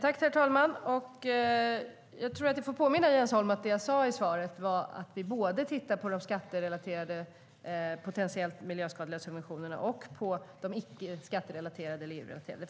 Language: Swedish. Herr talman! Jag tror att jag måste påminna Jens Holm om att det jag sa var att vi tittar både på de skatterelaterade potentiellt miljöskadliga subventionerna och på de icke-skatterelaterade och EU-relaterade.